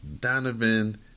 Donovan